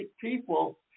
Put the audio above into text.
people